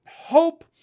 hope